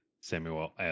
samuel